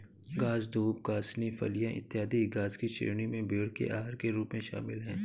घास, दूब, कासनी, फलियाँ, इत्यादि घास की श्रेणी में भेंड़ के आहार के रूप में शामिल है